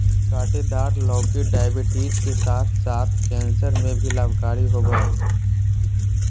काँटेदार लौकी डायबिटीज के साथ साथ कैंसर में भी लाभकारी होबा हइ